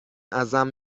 ازم